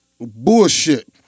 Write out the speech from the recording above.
Bullshit